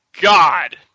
god